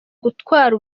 gutwara